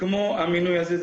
כמו המינוי הזה.